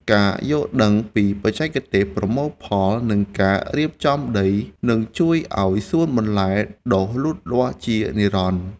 ការយល់ដឹងពីបច្ចេកទេសប្រមូលផល និងការរៀបចំដីនឹងជួយឱ្យសួនបន្លែដុះលូតលាស់ជានិរន្តរ៍។